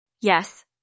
Yes